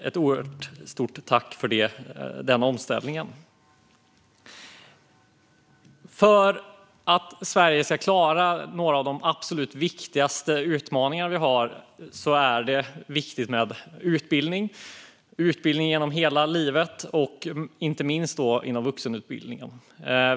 Ett oerhört stort tack för den omställningen! För att Sverige ska klara några av de absolut viktigaste utmaningar vi har är det viktigt med utbildning, utbildning genom hela livet, inte minst inom vuxenutbildningen.